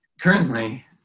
Currently